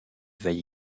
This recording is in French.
veille